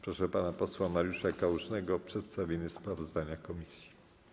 Proszę pana posła Mariusza Kałużnego o przedstawienie sprawozdania komisji.